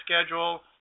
schedule